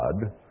God